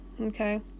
Okay